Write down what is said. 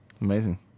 Amazing